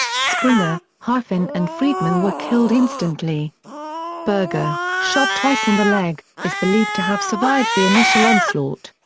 springer, halfin and friedman were killed instantly berger, shot twice in the leg, is believed to have survived the initial onslaught.